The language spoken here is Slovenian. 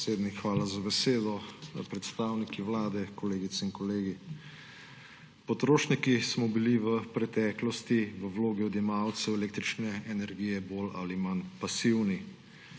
hvala za besedo. Predstavniki Vlade, kolegice in kolegi! Potrošniki smo bili v preteklosti v vlogi odjemalcev električne energije bolj ali manj pasivni.